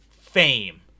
fame